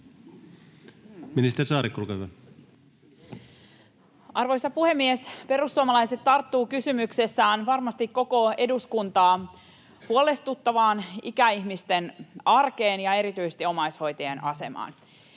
Ministeri Saarikko, olkaa hyvä. Arvoisa puhemies! Perussuomalaiset tarttuvat kysymyksessään varmasti koko eduskuntaa huolestuttavaan ikäihmisten arkeen ja erityisesti omaishoitajien asemaan.